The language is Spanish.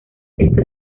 estos